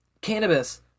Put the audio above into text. cannabis